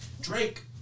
Drake